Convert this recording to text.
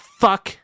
fuck